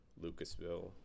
Lucasville